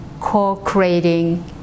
co-creating